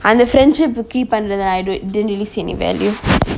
அந்த:antha friendship ah keep பண்றதா:panratha then I'll do it then do you see any value